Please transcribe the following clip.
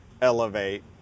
elevate